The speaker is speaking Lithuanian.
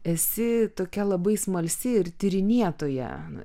esi tokia labai smalsi ir tyrinėtoja